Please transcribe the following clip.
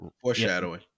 Foreshadowing